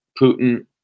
Putin